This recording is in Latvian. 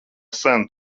sen